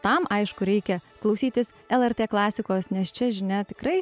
tam aišku reikia klausytis lrt klasikos nes čia žinia tikrai